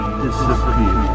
disappear